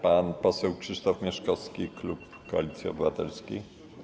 Pan poseł Krzysztof Mieszkowski, klub Koalicji Obywatelskiej.